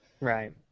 Right